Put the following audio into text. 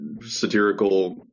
satirical